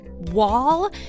wall